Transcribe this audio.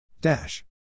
dash